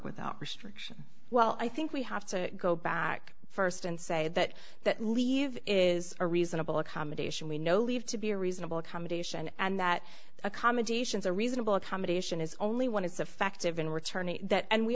without restriction well i think we have to go back first and say that that leave is a reasonable accommodation we know leave to be a reasonable accommodation and that accommodations a reasonable accommodation is only one is effective in returning that and we